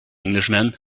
englishman